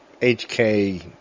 HK